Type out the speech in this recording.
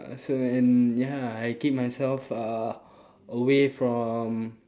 so and ya I keep myself uh away from